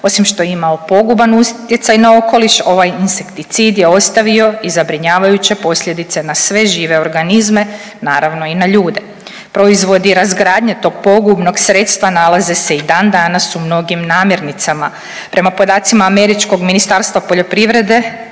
Osim što je imao poguban utjecaj na okoliš, ovaj insekticid je ostavio i zabrinjavajuće posljedice na sve žive organizme, naravno, i na ljude. Proizvodi razgradnje tog pogubnog sredstva nalaze se i dandanas u mnogim namirnicama. Prema podacima američkog Ministarstva poljoprivrede,